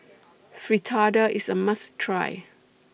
Fritada IS A must Try